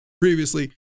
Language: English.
previously